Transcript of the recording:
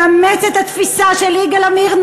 מאמץ את התפיסה של יגאל עמיר,